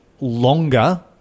longer